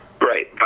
Right